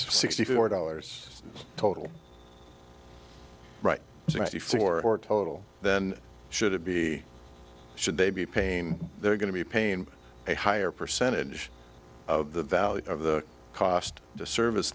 sixty four dollars total right sixty four total then should it be should they be pain they're going to be paying a higher percentage of the value of the cost to service